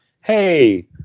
hey